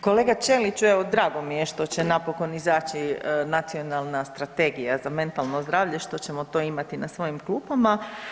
Kolega Ćeliću, evo drago mi je što će napokon izaći Nacionalna strategija za mentalno zdravlje, što ćemo to imati na svojim klupama.